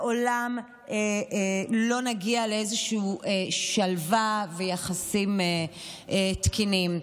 לעולם לא נגיע לשלווה ויחסים תקינים.